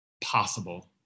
possible